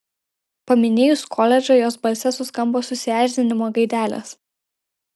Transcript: paminėjus koledžą jos balse suskambo susierzinimo gaidelės